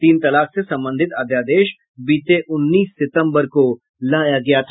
तीन तलाक से संबंधित अध्यादेश बीते उन्नीस सितंबर को लाया गया था